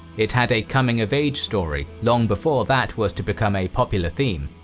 it had a coming of age story long before that was to become a popular theme.